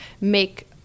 make